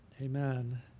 amen